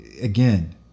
again